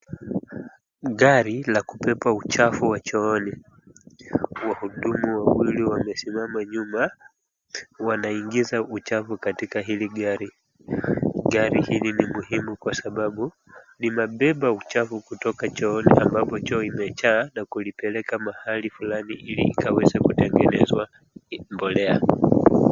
Gari la kubeba uchafu wa chooni, wahudumu wawili wamesimama nyuma wanaingiza uchafu katika hili gari, gari hili ni muhimu kwa sababu linabeba uchafu kutoka chooni ambapo choo imejaa na kulipeleka mahali ili ikaweze kutengenezwa mbolea.